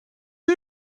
sie